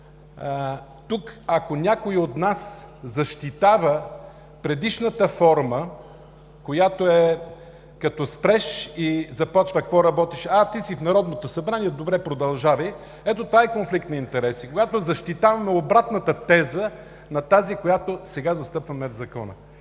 ако някой от нас тук защитава предишната форма, при която като спреш и се започва: „Какво работиш? А, ти си в Народното събрание, добре, продължавай!“, ето това е конфликт на интереси – когато защитаваме обратната теза на тази, която сега застъпваме в Закона.